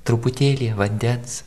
truputėlyje vandens